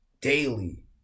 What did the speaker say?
daily